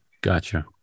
gotcha